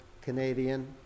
Canadian